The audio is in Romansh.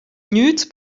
gnüts